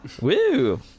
Woo